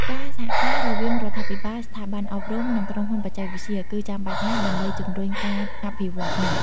ការសហការរវាងរដ្ឋាភិបាល ស្ថាប័នអប់រំ និងក្រុមហ៊ុនបច្ចេកវិទ្យា គឺចាំបាច់ណាស់ដើម្បីជំរុញការអភិវឌ្ឍនេះ។